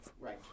Right